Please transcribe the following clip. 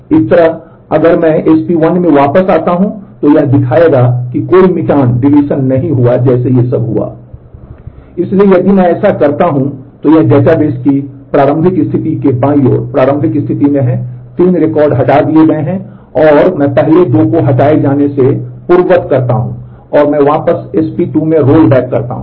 इसलिए यदि मैं ऐसा करता हूं कि यह डेटाबेस की प्रारंभिक स्थिति के बाईं ओर प्रारंभिक स्थिति है 3 रिकॉर्ड हटा दिए गए हैं और तो मैं पहले 2 को हटाए जाने से पूर्ववत करता हूं और मैं वापस SP 2 में रोलबैक करता हूं